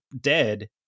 dead